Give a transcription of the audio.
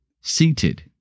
seated